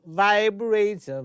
vibrates